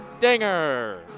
dinger